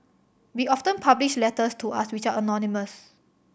we often publish letters to us which are anonymous